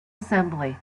assembly